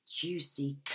juicy